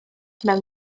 mewn